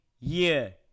year